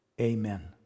Amen